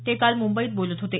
ते काल मुंबईत बोलत होते